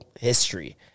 history